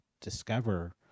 discover